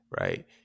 right